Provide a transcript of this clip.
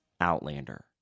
Outlander